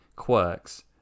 quirks